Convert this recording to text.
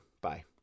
Bye